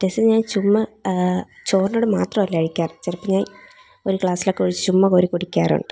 രസം ഞാൻ ചുമ്മാതെ ചോറിൻ്റെ കൂടെ മാത്രമല്ല കഴിക്കാറ് ചിലപ്പോൾ ഞാൻ ഒരു ഗ്ലാസിലോക്കെ ഒഴിച്ച് ചുമ്മാതെ കോരി കുടിക്കാറുണ്ട്